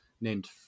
named